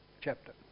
chapter